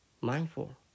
mindful